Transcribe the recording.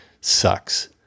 sucks